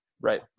Right